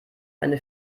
eine